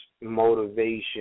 motivation